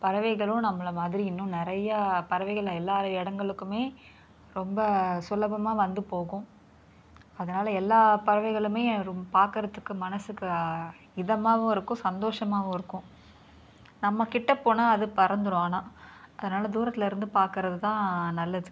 பறவைகளும் நம்மள மாதிரி இன்னும் நிறையா பறவைகளை எல்லா இடங்களுக்குமே ரொம்ப சுலபமாக வந்து போகும் அதனால எல்லா பறவைகளுமே ரொம் பார்க்குறத்துக்கு மனதுக்கு இதமாகவும் இருக்கும் சந்தோஷமாகவும் இருக்கும் நம்மக்கிட்டே போனால் அது பறந்துடும் ஆனால் அதனால் தூரத்தில் இருந்து பார்க்குறது தான் நல்லது